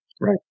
Right